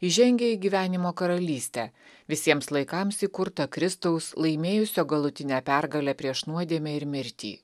įžengia į gyvenimo karalystę visiems laikams įkurtą kristaus laimėjusio galutinę pergalę prieš nuodėmę ir mirtį